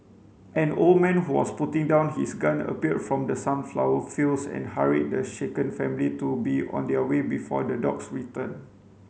an old man who was putting down his gun appeared from the sunflower fields and hurried the shaken family to be on their way before the dogs return